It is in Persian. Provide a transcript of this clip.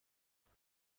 خوبه